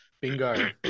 Bingo